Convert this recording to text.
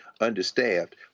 understaffed